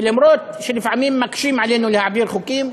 וגם אם לפעמים מקשים עלינו להעביר חוקים,